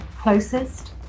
Closest